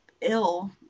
ill